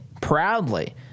proudly